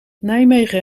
nijmegen